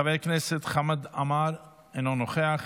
חבר הכנסת חמד עמאר, אינו נוכח.